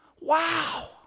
Wow